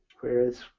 whereas